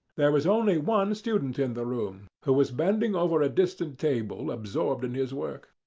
there was only one student in the room, who was bending over a distant table absorbed in his work.